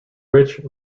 rich